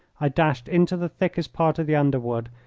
i dashed into the thickest part of the underwood,